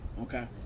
Okay